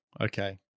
Okay